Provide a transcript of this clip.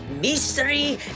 mystery